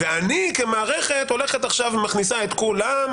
ואני כמערכת הולכת עכשיו ומכניסה את כולם,